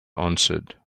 answered